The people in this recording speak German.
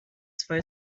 zwei